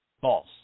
False